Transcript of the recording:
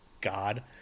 God